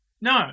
No